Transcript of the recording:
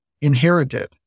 inherited